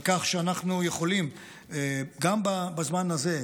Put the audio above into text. על כך שגם בזמן הזה,